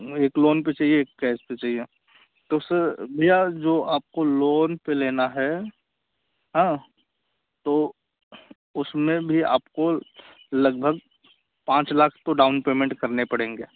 एक लोन पर चाहिए कैस पर चाहिए तो सर भैया जो आपको लोन पर लेना है तो उसमें भी आपको लगभग पाँच लाख तो डाउन पेमेंट करने पड़ेंगे